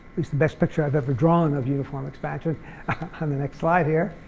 least the best picture i've every drawn of uniform expansion on the next slide here.